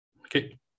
Okay